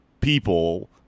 people